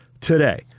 today